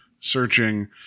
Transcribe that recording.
searching